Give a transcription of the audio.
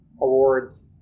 Awards